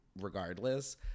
regardless